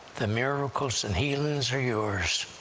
the miracles and healings are yours.